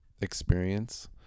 experience